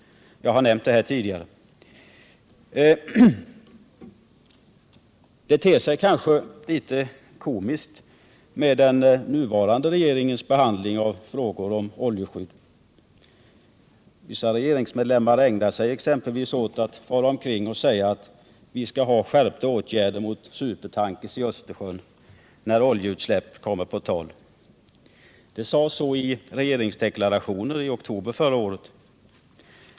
Jag har nämnt det tidigare. Den nuvarande regeringens behandling av frågor om oljeskydd ter sig kanske litet komisk. Vissa regeringsmedlemmar ägnar sig exempelvis åt att fara omkring och säga, när oljeutsläpp kommer på tal, att vi skall vidta skärpta åtgärder mot supertankers i Östersjön. Det sades också i regeringsdeklarationen i oktober förra året.